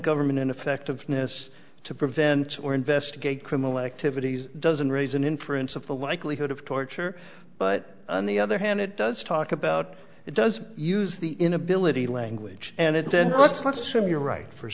government in effect of this to prevent or investigate criminal activities doesn't raise an inference of the likelihood of torture but on the other hand it does talk about it does use the inability language and it then let's let's assume you're right for